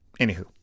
Anywho